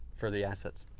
for the assets.